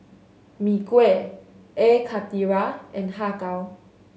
Mee Kuah Air Karthira and Har Kow